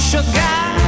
Sugar